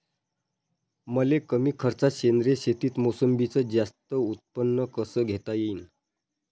मले कमी खर्चात सेंद्रीय शेतीत मोसंबीचं जास्त उत्पन्न कस घेता येईन?